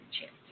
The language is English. chance